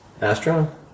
Astro